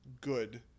good